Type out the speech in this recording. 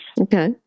Okay